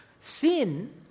Sin